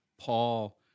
Paul